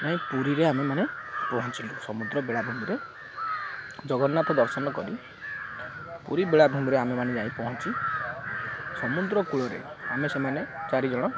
ନାହିଁ ପୁରୀରେ ଆମେମାନେ ପହଞ୍ଚିଲୁ ସମୁଦ୍ର ବେଳାଭୂମିରେ ଜଗନ୍ନାଥ ଦର୍ଶନ କରି ପୁରୀ ବେଳାଭୂମିରେ ଆମେମାନେ ଯାଇ ପହଞ୍ଚି ସମୁଦ୍ର କୂଳରେ ଆମେ ସେମାନେ ଚାରିଜଣ